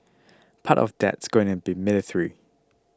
part of that's going to be military